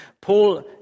Paul